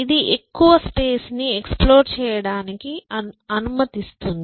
ఇది ఎక్కువ స్పేస్ ని ఎక్స్ప్లోర్ చేయడానికి అనుమతిస్తుంది